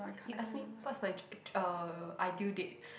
you ask me what's my uh ideal date